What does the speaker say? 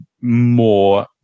more